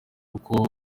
kuko